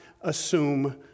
assume